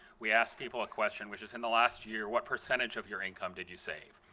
we asked people a question which is in the last year, what percentage of your income did you save?